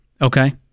Okay